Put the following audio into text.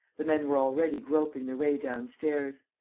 the men were already groping their way downstairs.